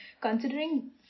considering